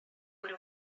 would